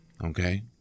Okay